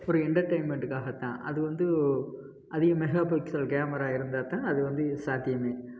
ஒரு என்டர்டெயின்மெண்ட்டுக்காக தான் அது வந்து அதிகம் மெகா பிக்சல் கேமரா இருந்தால் தான் அது வந்து இது சாத்தியமே